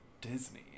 disney